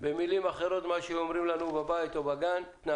אני מודה